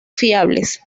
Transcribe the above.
fiables